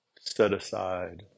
set-aside